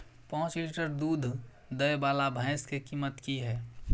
प जॉंच लीटर दूध दैय वाला भैंस के कीमत की हय?